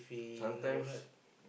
sometimes